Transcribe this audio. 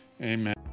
Amen